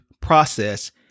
process